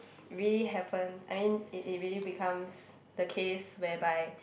really happen I mean it it really becomes the case whereby